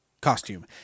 costume